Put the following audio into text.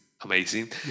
amazing